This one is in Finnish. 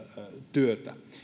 työtä